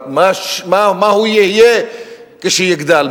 אבל מה הוא יהיה כשיגדל?